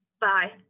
Bye